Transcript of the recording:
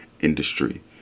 industry